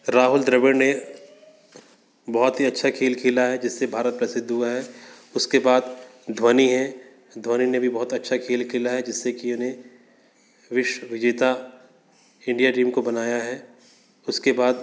राहुल द्रविड़ ने बहुत ही अच्छा खेल खेला है जिससे भारत प्रसिद्ध हुआ है उसके बाद धोनी हैं धोनी ने भी बहुत अच्छा खेल खेला है जिससे कि उन्हें विश्व विजेता इंडिया टीम को बनाया है उसके बाद